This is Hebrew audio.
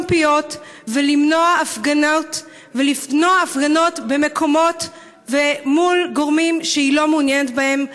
פיות ולמנוע הפגנות במקומות מול גורמים שהיא לא מעוניינת בהם?